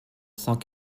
cent